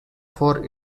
for